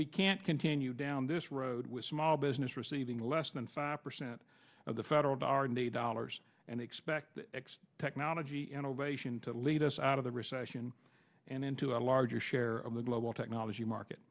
we can't continue down this road with small business receiving less than five percent of the federal the r and d dollars and expect x technology innovation to lead us out of the recession and into a larger share of the global technology market